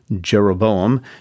Jeroboam